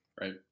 Right